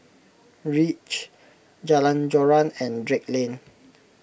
Reach Jalan Joran and Drake Lane